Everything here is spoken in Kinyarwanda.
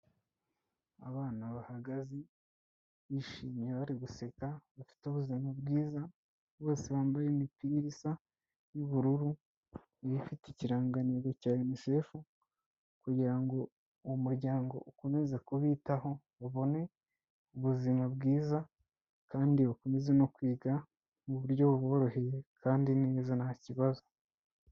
Abana bahagaze, bishimye bari guseka, bafite ubuzima bwiza bose bambaye imipira isa y'ubururu, iba ifite ikirangantego cya UNICEF kugira ngo uwo muryango ukomeze kubitaho babone ubuzima bwiza, kandi ukomeze no kwiga mu buryo buboroheye, kandi neza ntakibazo.